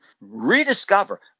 rediscover